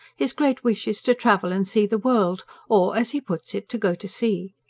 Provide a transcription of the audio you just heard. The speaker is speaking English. his great wish is to travel and see the world or as he puts it, to go to sea.